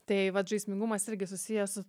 tai vat žaismingumas irgi susijęs su